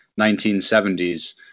1970s